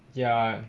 ya